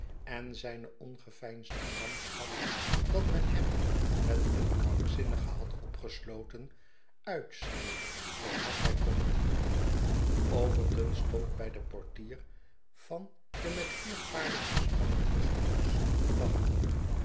en zijne ongeveinsde gramschap dat men hem met een krankzinnige had opgesloten uitschreeuwde zoo hard hij kon overton stond bij het portier van de met vier paarden bespannen postkoets te wachten